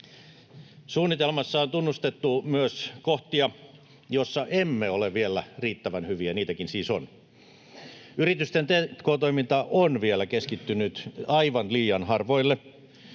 Suunnitelmassa on myös tunnistettu kohtia, joissa emme ole vielä riittävän hyviä. Niitäkin siis on. Yritysten tk-toiminta on vielä keskittynyt aivan liian harvoille.